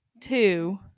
two